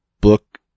book